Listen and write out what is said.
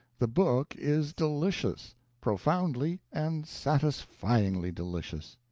the book is delicious profoundly and satisfyingly delicious.